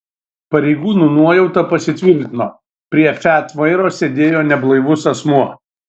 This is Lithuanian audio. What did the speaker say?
pareigūnų nuojauta pasitvirtino prie fiat vairo sėdėjo neblaivus asmuo